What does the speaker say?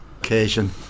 occasion